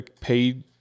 paid